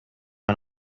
and